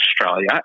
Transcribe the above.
Australia